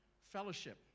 fellowship